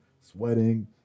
sweating